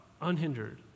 unhindered